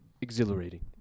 exhilarating